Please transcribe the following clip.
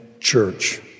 church